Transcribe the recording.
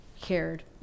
cared